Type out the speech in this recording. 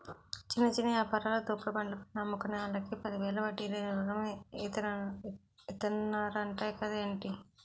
చిన్న చిన్న యాపారాలు, తోపుడు బండ్ల పైన అమ్ముకునే ఆల్లకి పదివేలు వడ్డీ లేని రుణం ఇతన్నరంట కదేటి